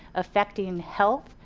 affecting health,